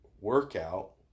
workout